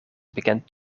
bekend